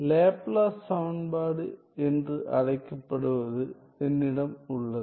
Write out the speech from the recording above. Laplace சமன்பாடு என்று அழைக்கப்படுவது என்னிடம் உள்ளது